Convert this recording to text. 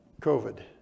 COVID